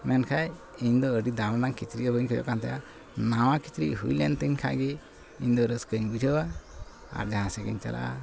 ᱢᱮᱱᱠᱷᱟᱡ ᱤᱧᱫᱚ ᱟᱹᱰᱤ ᱫᱟᱢ ᱨᱮᱱᱟᱝ ᱠᱤᱪᱨᱤᱡᱦᱚᱸ ᱵᱟᱹᱧ ᱠᱷᱚᱡᱚᱜ ᱠᱟᱱ ᱛᱮᱦᱮᱱᱟ ᱱᱟᱣᱟ ᱠᱤᱪᱨᱤᱡ ᱦᱩᱭᱞᱮᱱᱛᱤᱧ ᱠᱷᱟᱱᱜᱮ ᱤᱧᱫᱚ ᱨᱟᱹᱥᱠᱟᱹᱧ ᱵᱩᱡᱷᱟᱹᱣᱟ ᱟᱨ ᱡᱟᱦᱟᱸ ᱥᱮᱪᱜᱮᱧ ᱪᱟᱞᱟᱜᱼᱟ